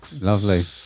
Lovely